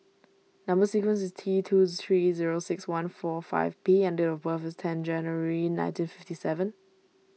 Number Sequence is T two three zero six one four five P and date of birth is ten January nineteen fifty seven